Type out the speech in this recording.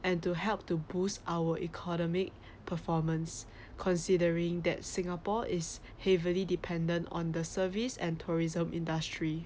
and to help to boost our economic performance considering that singapore is heavily dependent on the service and tourism industry